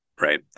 right